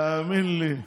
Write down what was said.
תאמין לי.